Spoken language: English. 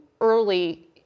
early